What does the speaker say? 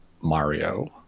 Mario